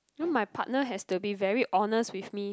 then my partner has to be very honest with me